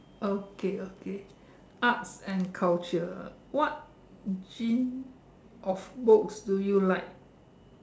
okay okay arts and culture what gene of books do you like